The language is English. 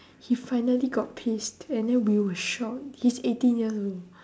he finally got pissed and then we were shock he's eighteen years old